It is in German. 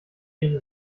ihre